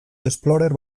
explorer